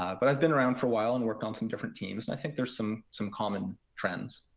but i've been around for a while and worked on some different teams. and i think there's some some common trends.